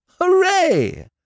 Hooray